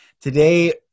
Today